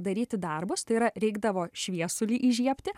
daryti darbus tai yra reikdavo šviesulį įžiebti